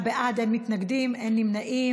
תשעה בעד, אין מתנגדים, אין נמנעים.